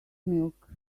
milk